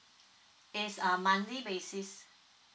is uh monthly basis